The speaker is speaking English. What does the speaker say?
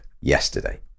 yesterday